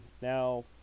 Now